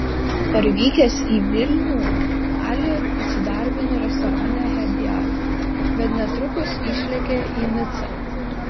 parvykęs į vilnių ali įsidarbino restorane hediard bet netrukus išlėkė į nicą